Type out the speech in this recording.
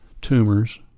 tumors